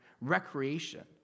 recreation